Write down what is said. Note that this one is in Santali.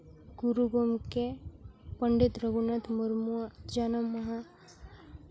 ᱜᱩᱨᱩ ᱜᱚᱢᱠᱮ ᱯᱚᱱᱰᱤᱛ ᱨᱟᱹᱜᱷᱩᱱᱟᱛᱷᱩ ᱢᱩᱨᱢᱩᱣᱟᱜ ᱡᱟᱱᱟᱢ ᱢᱟᱦᱟ